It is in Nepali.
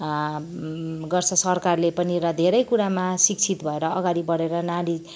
गर्छ सरकारले पनि र धेरै कुरामा शिक्षित भएर अगाडि बढे्र नारी